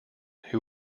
who